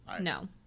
No